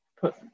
put